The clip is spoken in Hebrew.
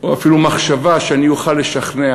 או אפילו מחשבה שאני אוכל לשכנע